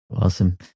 Awesome